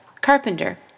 Carpenter